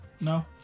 No